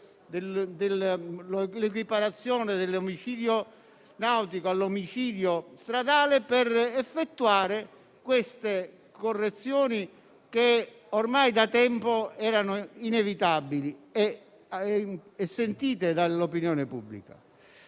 dell'equiparazione dell'omicidio nautico a quello stradale per effettuare queste correzioni che ormai da tempo erano inevitabili e sentite dall'opinione pubblica.